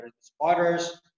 spotters